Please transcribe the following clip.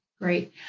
great